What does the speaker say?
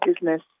business